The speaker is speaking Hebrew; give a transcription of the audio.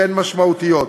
שהן משמעותיות.